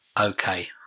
Okay